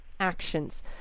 actions